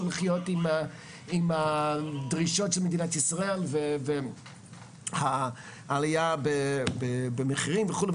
לחיות עם הדרישות של מדינת ישראל והעליה במחירים וכולי,